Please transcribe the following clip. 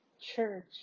church